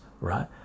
right